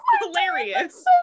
Hilarious